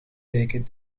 beken